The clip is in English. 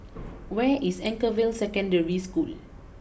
where is Anchorvale Secondary School